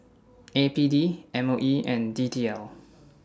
A P D M O E and D T L